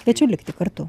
kviečiu likti kartu